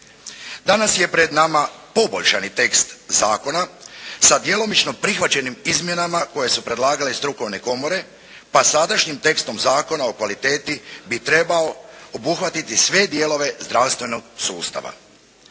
Danas je pred nama poboljšani tekst zakona sa djelomično prihvaćenim izmjenama koje su predlagale strukovne komore pa sadašnjim tekstom Zakona o kvaliteti bi trebao obuhvatiti sve dijelove zdravstvenog sustava.